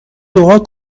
دعا